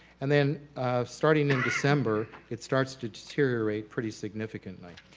and then starting in december, it starts to deteriorate pretty significantly.